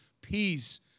peace